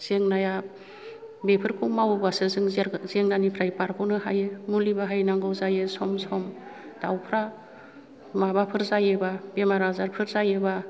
जेंनाया बेफोरखौ मावोबासो जों जेंनानिफ्राइ बारग'नो हायो मुलि बाहायनांगौ जायो सम सम दावफ्रा माबाफोर जायोब्ला बेराम आजारफोर जायोब्ला